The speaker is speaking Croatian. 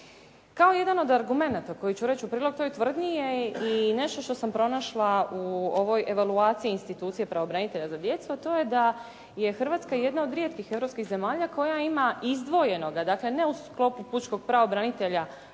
Kao jedan od argumenata koji ću reć u prilog toj tvrdnji je i nešto što sam pronašla u ovoj evaluaciji institucije pravobranitelja za djecu, a to je da je Hrvatska jedna od rijetkih europskih zemalja koja ima izdvojenoga, dakle ne u sklopu pučkog pravobranitelja